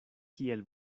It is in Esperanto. kiel